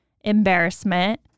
embarrassment